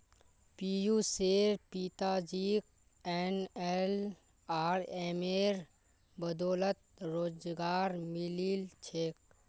पियुशेर पिताजीक एनएलआरएमेर बदौलत रोजगार मिलील छेक